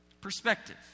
Perspective